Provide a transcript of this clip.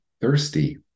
thirsty